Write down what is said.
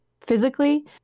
physically